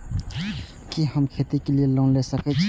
कि हम खेती के लिऐ लोन ले सके छी?